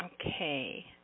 Okay